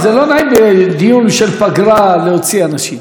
אני לא, זה לא נעים בדיון של פגרה להוציא אנשים,